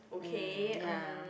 um ya